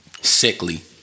sickly